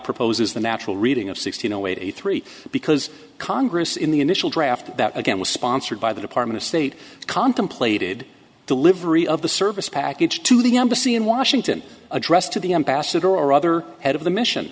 propose is the natural reading of sixteen zero eight three because congress in the initial draft that again was sponsored by the department of state contemplated delivery of the service package to the embassy in washington addressed to the ambassador or other head of the mission